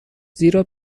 زیرا